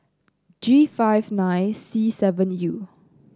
G five nine C seven U